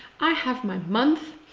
i have my month,